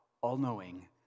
all-knowing